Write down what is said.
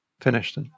finished